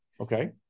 Okay